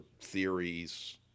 theories